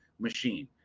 machine